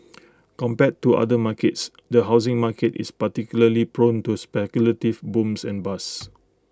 compared to other markets the housing market is particularly prone to speculative booms and bust